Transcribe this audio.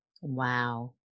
Wow